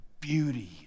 beauty